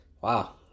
Wow